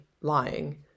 lying